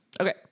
Okay